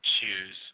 choose